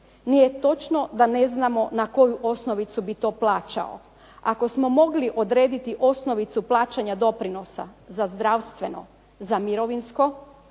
Nije točno da ne znamo na koju osnovicu bi to plaćao. Ako smo mogli odrediti osnovicu plaćanja doprinosa za zdravstveno, za mirovinsko